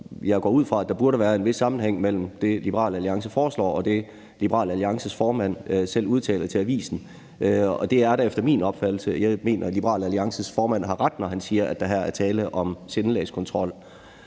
jeg går ud fra, at der burde være en vis sammenhæng mellem det, Liberal Alliance foreslår, og det, Liberal Alliances formand selv udtaler til avisen. Og det er der efter min opfattelse. Jeg mener, at Liberal Alliances formand har ret, når han siger, at der her er tale om sindelagskontrol.